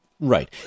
Right